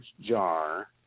jar